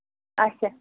اچھا